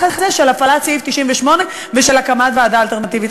הזה של הפעלת סעיף 98 ושל הקמת ועדה אלטרנטיבית?